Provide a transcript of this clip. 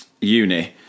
uni